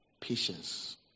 patience